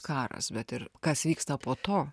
karas bet ir kas vyksta po to